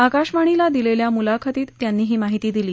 आकाशवाणीला दिलेल्या मुलाखतीत त्यांनी ही माहिती दिली